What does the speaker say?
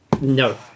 No